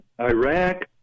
Iraq